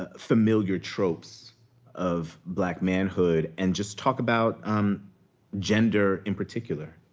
ah familiar tropes of black manhood. and just talk about um gender in particular.